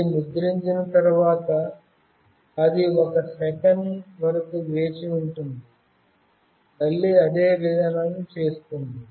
ఇది ముద్రించిన తర్వాత అది 1 సెకను వరకు వేచి ఉంటుంది మళ్ళీ అదే ప్రక్రియను చేస్తుంది